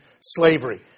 slavery